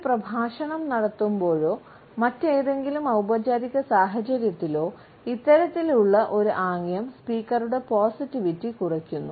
ഒരു പ്രഭാഷണം നടത്തുമ്പോഴോ മറ്റേതെങ്കിലും ഔപചാരിക സാഹചര്യത്തിലോ ഇത്തരത്തിലുള്ള ഒരു ആംഗ്യം സ്പീക്കറുടെ പോസിറ്റിവിറ്റി കുറയ്ക്കുന്നു